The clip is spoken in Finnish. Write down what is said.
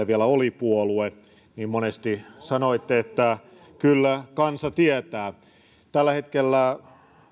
vielä oli puolue monesti sanoitte että kyllä kansa tietää tällä hetkellä